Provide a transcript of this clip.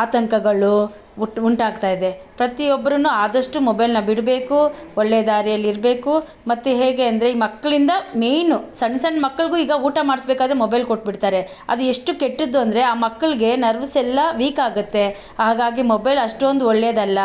ಆತಂಕಗಳು ಹುಟ್ ಉಂಟಾಗ್ತಾಯಿದೆ ಪ್ರತಿಯೊಬ್ರೂ ಆದಷ್ಟು ಮೊಬೈಲನ್ನ ಬಿಡಬೇಕು ಒಳ್ಳೆ ದಾರಿಯಲ್ಲಿರಬೇಕು ಮತ್ತೆ ಹೇಗೆ ಅಂದರೆ ಈ ಮಕ್ಳಿಂದ ಮೇಯ್ನು ಸಣ್ಣ ಸಣ್ಣ ಮಕ್ಕಳಿಗು ಈಗ ಊಟ ಮಾಡಿಸ್ಬೇಕಾದ್ರೆ ಮೊಬೈಲ್ ಕೊಟ್ಬಿಡ್ತಾರೆ ಅದು ಎಷ್ಟು ಕೆಟ್ಟದ್ದು ಅಂದರೆ ಆ ಮಕ್ಕಳಿಗೆ ನರ್ವ್ಸ್ ಎಲ್ಲ ವೀಕಾಗುತ್ತೆ ಹಾಗಾಗಿ ಮೊಬೈಲ್ ಅಷ್ಟೊಂದು ಒಳ್ಳೇದಲ್ಲ